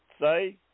say